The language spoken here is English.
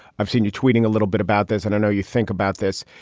i've seen you tweeting a little bit about this. and i know you think about this.